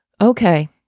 Okay